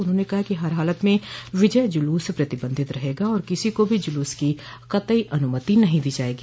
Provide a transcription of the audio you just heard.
उन्होंने कहा कि हर हालत में विजय जुलूस प्रतिबंधित रहेगा और किसी को भी जुलूस की कतई अनुमति नहीं दी जायेगी